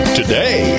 today